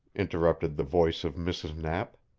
interrupted the voice of mrs. knapp.